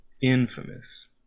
Infamous